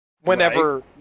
whenever